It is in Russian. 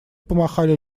помахали